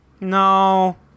No